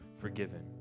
forgiven